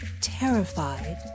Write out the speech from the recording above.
terrified